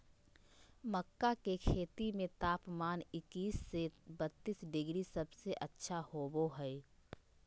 मक्का के खेती में तापमान इक्कीस से बत्तीस डिग्री सबसे अच्छा होबो हइ